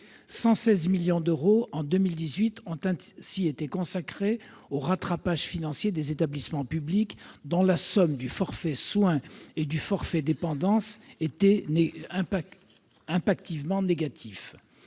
116 millions d'euros ont ainsi été consacrés en 2018 au rattrapage financier des établissements publics dont la somme du forfait soins et du forfait dépendance était affectée négativement.